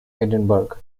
edinburgh